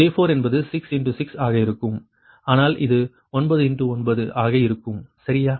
J4 என்பது 6 6 ஆக இருக்கும் ஆனால் இது 9 9 ஆக இருக்கும் சரியா